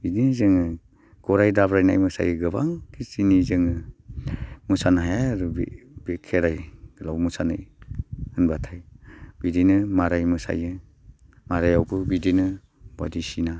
बिदिनो जोङो गराइ दाब्रायनाय मोसायो गोबां खिसिनि जोङो मोसानो हायो आरो बे बे खेराइ गोलाव मोसानाय होनब्लाथाय बिदिनो माराय मोसायो मारायावबो बिदिनो बायदिसिना